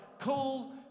cool